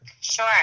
Sure